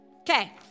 Okay